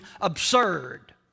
absurd